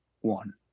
one